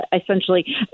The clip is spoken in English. Essentially